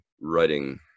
writing